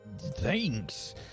Thanks